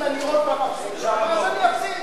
אם אני שוב אפסיד שם, אני אפסיד.